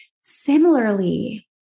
Similarly